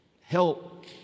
help